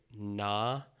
nah